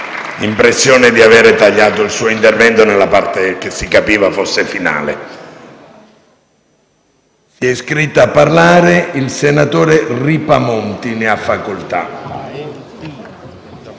l'impressione di avere tagliato il suo intervento nella parte che sembrava fosse quella finale. È iscritto a parlare il senatore Ripamonti. Ne ha facoltà.